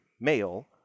male